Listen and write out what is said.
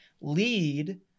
lead